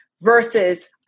versus